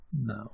No